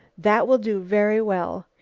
that will do very well.